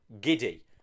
giddy